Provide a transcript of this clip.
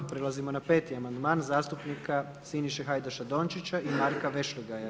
Pa prelazimo na 5. amandman zastupnika Siniše Hajdaš-Dončića i Marka Vešligaja.